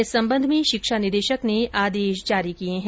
इस संबंध में शिक्षा निदेशक ने आदेश जारी किये है